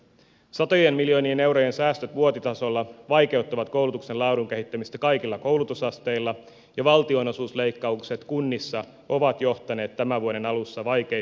satojen miljoonien eurojen säästöt vuositasolla vaikeuttavat koulutuksen laadun kehittämistä kaikilla koulutusasteilla ja valtionosuusleikkaukset kunnissa ovat johtaneet tämän vuoden alussa vaikeisiin päätöksiin